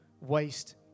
waste